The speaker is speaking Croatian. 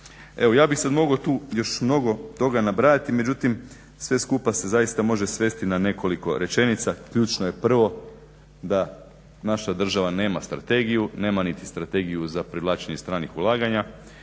Evo ja bih sad mogao tu još mnogo toga nabrajati, međutim, sve skupa se zaista može svesti na nekoliko rečenica. Ključno je prvo da naša država nema strategiju, nema niti strategiju za privlačenje stranih ulaganja.